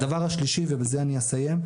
הדבר השלישי, ובזה אסיים,